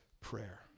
prayer